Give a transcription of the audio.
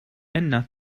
older